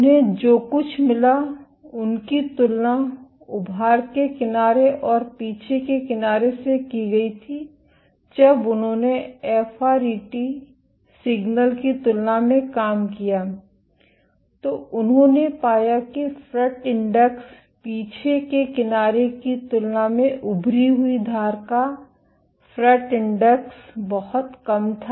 उन्हें जो कुछ मिला उनकी तुलना उभार के किनारे और पीछे के किनारे से की गई थी जब उन्होंने एफआरईटी सिग्नल की तुलना में काम किया तो उन्होंने पाया कि फ्रेट इंडेक्स पीछे के किनारे की तुलना में उभरी हुई धार का फ्रेट इंडेक्स बहुत कम था